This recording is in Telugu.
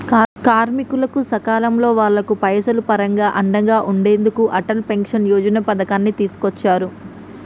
కార్మికులకు సకాలంలో వాళ్లకు పైసలు పరంగా అండగా ఉండెందుకు అటల్ పెన్షన్ యోజన పథకాన్ని తీసుకొచ్చారు